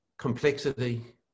complexity